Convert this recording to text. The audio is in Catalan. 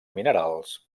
minerals